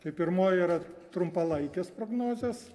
tai pirmoji yra trumpalaikės prognozės